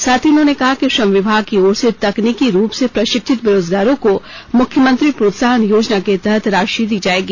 साथ ही उन्होंने कहा कि श्रम विभाग की ओर से तकनीकी रूप से प्रशिक्षित बेरोजगारों को मुख्यमंत्री प्रोत्साहन योजना के तहत राशि दी जाएगी